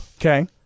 Okay